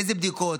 אילו בדיקות,